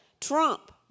Trump